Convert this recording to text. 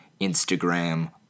Instagram